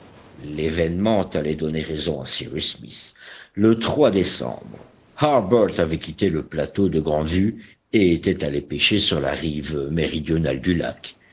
l'événement allait donner raison à cyrus smith le décembre harbert avait quitté le plateau de grande vue et était allé pêcher sur la rive méridionale du lac